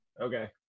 Okay